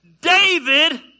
David